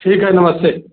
ठीक है नमस्ते